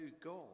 God